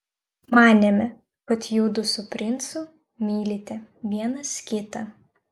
manėme kad judu su princu mylite vienas kitą